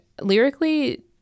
lyrically